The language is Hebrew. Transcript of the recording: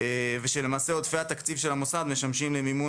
ושלמעשה עודפי התקציב של המוסד משמשים למימון